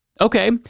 Okay